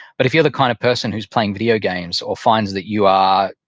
but if you're the kind of person who's playing video games or finds that you are,